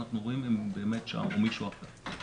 אנחנו רואים אם הוא באמת שם או מישהו אחר.